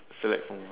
select from